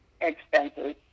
expenses